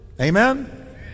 Amen